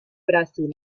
brasil